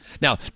Now